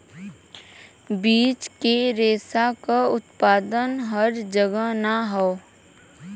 बीज के रेशा क उत्पादन हर जगह ना हौ